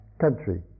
country